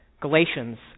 Galatians